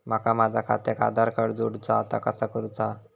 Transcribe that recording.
माका माझा खात्याक आधार कार्ड जोडूचा हा ता कसा करुचा हा?